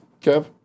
Kev